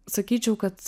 sakyčiau kad